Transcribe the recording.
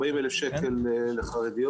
40,000 שקל לחרדיות.